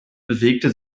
bewegte